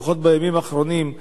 לפחות בימים האחרונים,